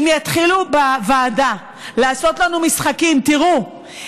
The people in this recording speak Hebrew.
אם יתחילו בוועדה לעשות לנו משחקים: תראו,